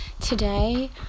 Today